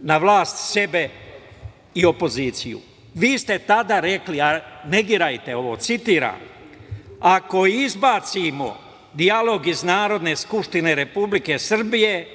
na vlast sebe i opoziciju. Vi ste tada rekli, a vi negirajte, citiram: "Ako izbacimo dijalog iz Narodne skupštine Republike Srbije,